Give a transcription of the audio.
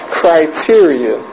criteria